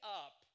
up